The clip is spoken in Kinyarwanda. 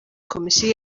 komisiyo